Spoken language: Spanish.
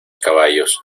caballos